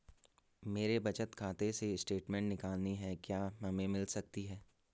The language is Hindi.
मेरे बचत खाते से स्टेटमेंट निकालनी है क्या हमें मिल सकती है?